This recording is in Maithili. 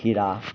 खीरा